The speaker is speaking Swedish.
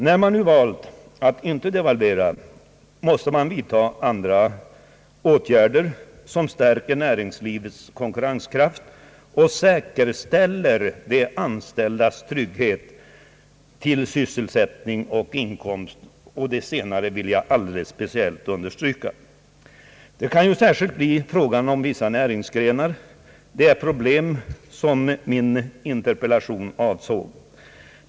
När Sverige nu valt att inte devalvera måste man vidta andra åtgärder som stärker näringslivets konkurrenskraft och säkerställer de anställdas trygghet till sysselsättning och inkomst — det senare vill jag speciellt understryka. Det kan därvid särskilt bli fråga om vissa näringsgrenar, vilka min interpellation närmast avsåg.